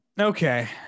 Okay